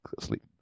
sleep